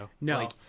No